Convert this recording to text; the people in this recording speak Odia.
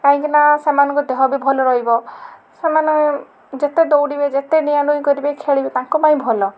କାହିଁକି ନା ସେମାନଙ୍କ ଦେହ ବି ଭଲ ରହିବ ସେମାନେ ଯେତେ ଦୌଡ଼ିବେ ଯେତେ ଡିଆଁ ଡୁଇଁ କରିବେ ଖେଳିବେ ତାଙ୍କ ପାଇଁ ଭଲ